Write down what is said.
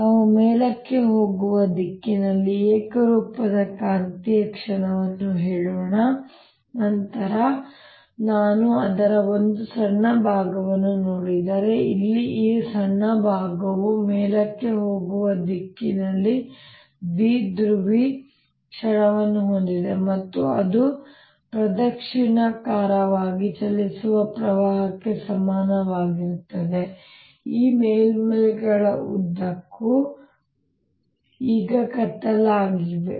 ನಾವು ಮೇಲಕ್ಕೆ ಹೋಗುವ ದಿಕ್ಕಿನಲ್ಲಿ ಏಕರೂಪದ ಕಾಂತೀಯ ಕ್ಷಣವನ್ನು ಹೇಳೋಣ ನಂತರ ನಾನು ಅದರ ಒಂದು ಸಣ್ಣ ಭಾಗವನ್ನು ನೋಡಿದರೆ ಇಲ್ಲಿ ಈ ಸಣ್ಣ ಭಾಗವು ಮೇಲಕ್ಕೆ ಹೋಗುವ ದಿಕ್ಕಿನಲ್ಲಿ ದ್ವಿಧ್ರುವಿ ಕ್ಷಣವನ್ನು ಹೊಂದಿದೆ ಮತ್ತು ಅದು ಪ್ರದಕ್ಷಿಣಾಕಾರವಾಗಿ ಚಲಿಸುವ ಪ್ರವಾಹಕ್ಕೆ ಸಮನಾಗಿರುತ್ತದೆ ಈ ಮೇಲ್ಮೈಗಳ ಉದ್ದಕ್ಕೂ ಈಗ ಕತ್ತಲಾಗಲಿವೆ